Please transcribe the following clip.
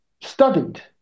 studied